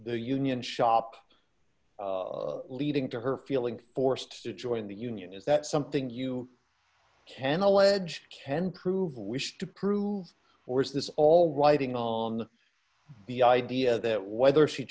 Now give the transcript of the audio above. the union shop leading to her feeling forced to join the union is that something you can allege ken prove wish to prove or is this all riding on the idea that whether she